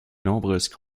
nombreuses